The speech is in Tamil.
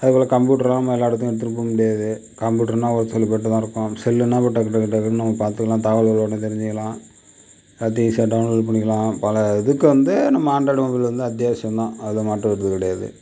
அதேபோல் கம்ப்யூட்டரலாம் நம்ம எல்லா இடத்துக்கும் எடுத்துப் போமுடியாது கம்ப்யூட்டருனா ஒருசில பேர்கிட்டதான் இருக்கும் செல்லுனா இப்போ டக்கு டக்கு டக்குனு நம்ம பார்த்துக்கலாம் தகவல்களை உடனே தெரிஞ்சிக்கலாம் எல்லாத்தையும் ஈஸியாக டவுன்லோடு பண்ணிக்கலாம் பல இதுக்கு வந்து நம்ம ஆண்ட்ராய்டு மொபைல் வந்து அத்தியாவசியந்தான் அதில் மாற்றுக் கருத்து கிடையாது